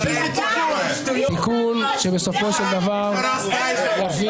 תיקון שבסופו של דבר יביא -- (קריאות)